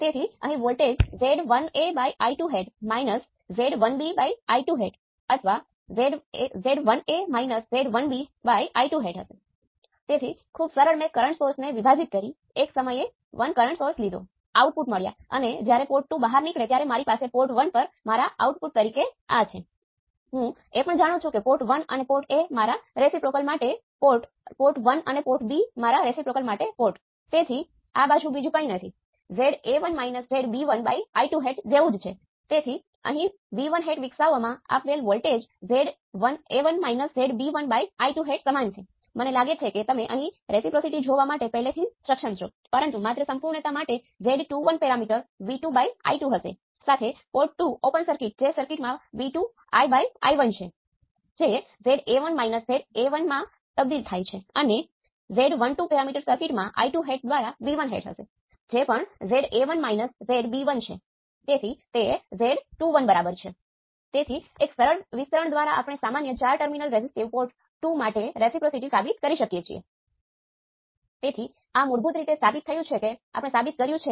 તેથી પદ્ધતિ ખૂબ જ સરળ છે અને જેમ મેં અગાઉ વર્ણવ્યું હતું એ રીતે તમે તેનું પદ્ધતિસર વિશ્લેષણ કરી શકો છો અને મેં તેને ઉદાહરણ સાથે પણ બતાવ્યું હતું